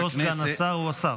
הוא לא סגן השר, הוא השר.